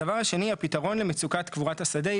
הדבר השני הפתרון מצוקת קבורת השדה,